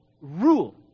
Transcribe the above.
rule